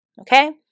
Okay